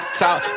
talk